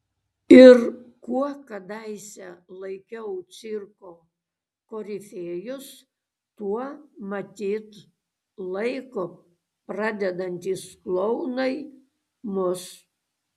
ir kuo kadaise laikiau cirko korifėjus tuo matyt laiko pradedantys klounai mus